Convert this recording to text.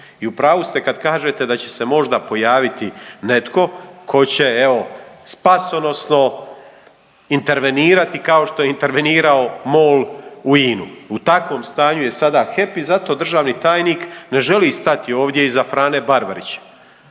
I u pravu ste kada kažete da će se možda pojaviti netko tko će evo spasonosno intervenirati kao što je intervenirao MOL u INA-u. U takvom stanju je sada HEP i zato državni tajnik ne želi stati ovdje iza Frane Barbarića.